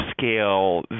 scale